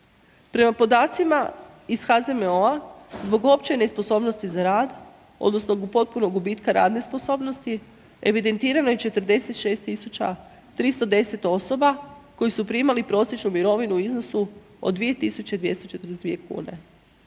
Prema podacima iz HZMO-a zbog opće nesposobnosti za rad odnosno do potpunog gubitka radne sposobnosti, evidentirano je 46 310 osoba koje su primali prosječnu mirovinu u iznosu od 2242 kune.